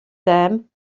dam